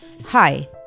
Hi